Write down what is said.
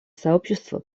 сообщество